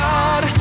God